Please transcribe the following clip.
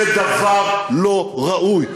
זה דבר לא ראוי.